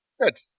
good